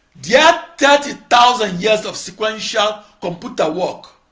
yeah thirty thousand years of sequential computer work